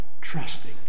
trusting